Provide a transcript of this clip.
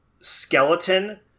skeleton